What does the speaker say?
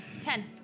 Ten